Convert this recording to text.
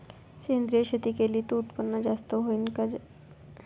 सेंद्रिय शेती केली त उत्पन्न जास्त होईन का?